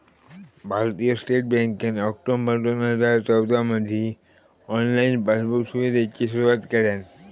भारतीय स्टेट बँकेन ऑक्टोबर दोन हजार चौदामधी ऑनलाईन पासबुक सुविधेची सुरुवात केल्यान